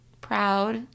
proud